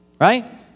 right